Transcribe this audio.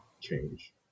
change